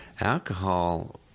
Alcohol